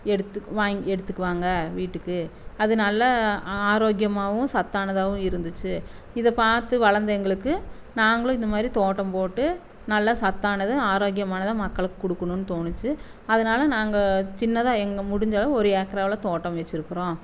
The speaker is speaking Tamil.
எடுத்து வாங் எடுத்துக்குவாங்க வீட்டுக்கு அது நல்ல ஆரோக்கியமாகவும் சத்தானதாகவும் இருந்துச்சு இதை பார்த்து வளர்ந்த எங்களுக்கு நாங்களும் இந்தமாதிரி தோட்டம் போட்டு நல்ல சத்தானது ஆரோக்கியமானதாக மக்களுக்கு கொடுக்கணுன்னு தோணுச்சு அதனால நாங்கள் சின்னதாக எங்கள் முடிஞ்ச அளவு ஒரு ஏக்கராவில் தோட்டம் வச்சிருக்குறோம்